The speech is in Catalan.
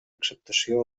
acceptació